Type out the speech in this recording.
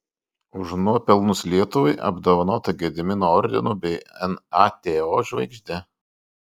už nuopelnus lietuvai apdovanota gedimino ordinu bei nato žvaigžde